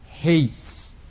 hates